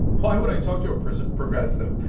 why would i talk to a progressive?